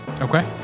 Okay